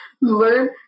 Learn